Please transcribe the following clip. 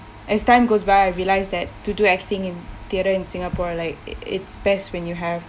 as time goes by I realised that to do acting in theatre in singapore like it it's best when you have